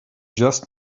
just